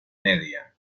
media